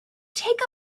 take